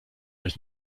euch